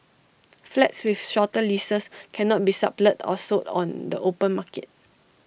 flats with shorter leases cannot be sublet or sold on the open market